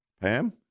Pam